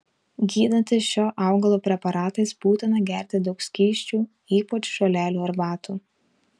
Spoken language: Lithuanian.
gydantis šio augalo preparatais būtina gerti daug skysčių ypač žolelių arbatų